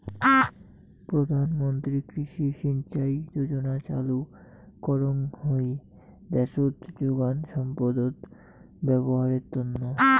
প্রধান মন্ত্রী কৃষি সিঞ্চাই যোজনা চালু করঙ হই দ্যাশোত যোগান সম্পদত ব্যবহারের তন্ন